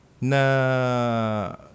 na